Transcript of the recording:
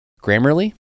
Grammarly